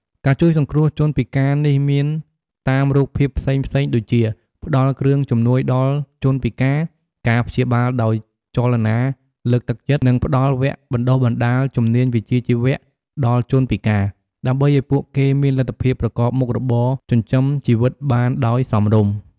ការជួយសង្គ្រោះជនពិការនេះមានតាមរូបភាពផ្សេងៗដូចជា ផ្ដល់គ្រឿងជំនួយដល់ជនពិការ ការព្យាបាលដោយចលនា លើកទឹកចិត្ត និងផ្ដល់វគ្គបណ្តុះបណ្តាល ជំនាញវិជ្ជាជីវៈដល់ជនពិការ ដើម្បីឱ្យពួកគេមានលទ្ធភាពប្រកបមុខរបរចិញ្ចឹមជីវិតបានដោយសមរម្យ។